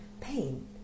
pain